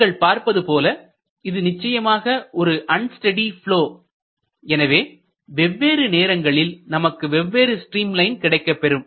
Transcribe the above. நீங்கள் பார்ப்பது போல இது நிச்சயமாக ஒரு அன் ஸ்டெடி ப்லொ எனவே வெவ்வேறு நேரங்களில் நமக்கு வெவ்வேறு ஸ்ட்ரீம் லைன் கிடைக்கப்பெறும்